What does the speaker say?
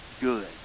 good